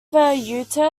river